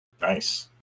Nice